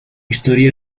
historia